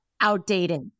outdated